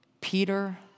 Peter